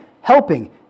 helping